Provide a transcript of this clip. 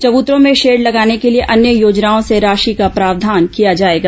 चबूतरों में शेड लगाने के लिए अन्य योजनाओं से राशि का प्रावधान किया जाएगा